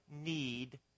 need